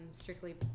strictly